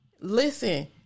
Listen